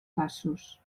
passos